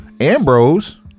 Ambrose